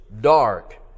dark